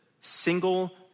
single